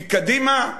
מקדימה?